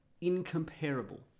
incomparable